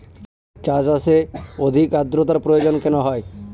চা চাষে অধিক আদ্রর্তার প্রয়োজন কেন হয়?